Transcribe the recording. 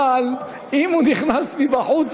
אבל אם הוא נכנס מבחוץ,